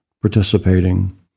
participating